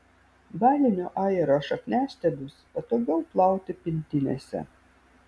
balinio ajero šakniastiebius patogiau plauti pintinėse